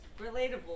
Relatable